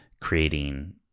creating